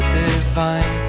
divine